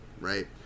right